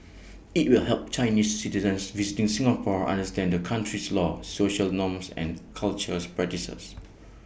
IT will help Chinese citizens visiting Singapore understand the country's laws social norms and cultures practices